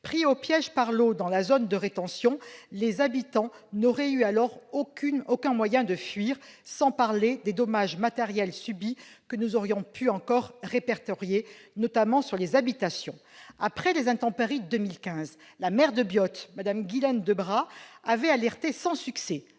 Pris au piège par l'eau dans la zone de rétention, les habitants n'auraient eu aucun moyen de fuir, sans parler des dommages matériels subis que nous aurions pu répertorier une fois de plus, notamment sur les habitations. Après les intempéries de 2015, la maire de Biot, Mme Guilaine Debras, avait alerté, sans succès,